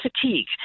fatigue